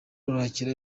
rurakira